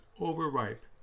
overripe